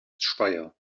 speyer